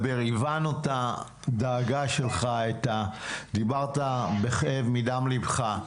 הבנו את הדאגה שלך, דיברת בכאב מדם לבך.